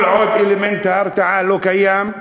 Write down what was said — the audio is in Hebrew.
כל עוד אלמנט ההרתעה לא קיים,